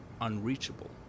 unreachable